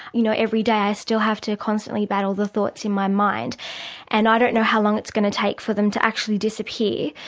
you know every day i still have to constantly battle the thoughts in my mind and i don't know how long it's going to take for them to actually disappear.